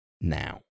now